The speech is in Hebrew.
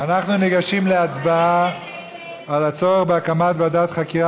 אנחנו ניגשים להצבעה על הצורך בהקמת ועדת חקירה